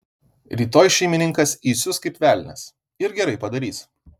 rytoj šeimininkas įsius kaip velnias ir gerai padarys